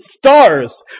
stars